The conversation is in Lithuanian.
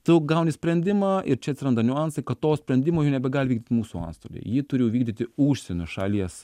tu gauni sprendimą ir čia atsiranda niuansai kad to sprendimo jau nebegali vykdyti mūsų antstoliai jį turi jau vykdyti užsienio šalies